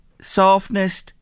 softness